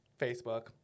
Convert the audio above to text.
Facebook